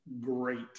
great